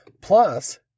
Plus